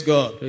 God